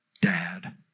Dad